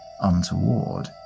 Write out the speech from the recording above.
untoward